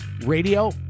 Radio